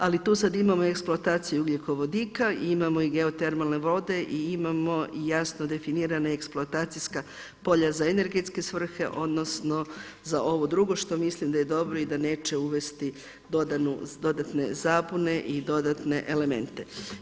Ali tu sada imamo eksploataciju ugljikovodika i imamo i geotermalne vode i imamo i jasno definirana eksploatacijska polja za energetske svrhe odnosno za ovo drugo što mislim da je dobro i da neće uvesti dodatne zabune i dodatne elemente.